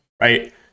right